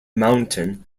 mountain